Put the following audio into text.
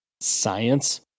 science